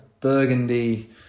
Burgundy